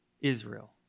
Israel